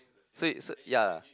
so it's so yea